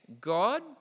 God